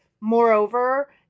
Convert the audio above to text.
Moreover